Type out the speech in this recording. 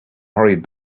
hurried